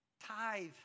Tithe